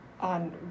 on